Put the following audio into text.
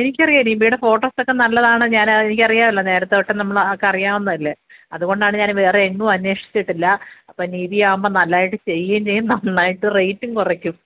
എനിക്കറിയാം നിധിയുടെ ഫോട്ടോസൊക്കെ നല്ലതാണ് ഞാൻ എനിക്കറിയാമല്ലോ നേരത്തൊട്ട് നമുക്കറിയാവുന്നതല്ലെ അതു കൊണ്ടാണ് ഞാൻ വേറെയെങ്ങും അന്വേഷിച്ചിട്ടില്ല അപ്പം നിധിയാകുമ്പം നല്ലതായിട്ട് ചെയ്യുകയും ചെയ്യും നന്നായിട്ട് റേറ്റും കുറയ്ക്കും